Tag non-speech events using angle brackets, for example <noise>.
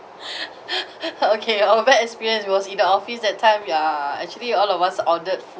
<laughs> okay our bad experience was in the office that time ya actually all of us ordered